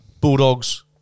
Bulldogs